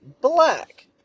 black